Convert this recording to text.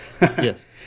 Yes